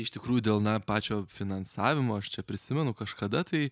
iš tikrųjų dėl na pačio finansavimo aš čia prisimenu kažkada tai